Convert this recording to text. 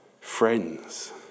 friends